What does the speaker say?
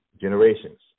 generations